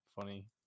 funny